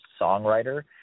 songwriter